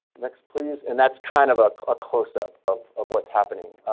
next, please, and that's kind of a ah close up of of what's happening.